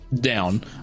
down